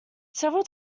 several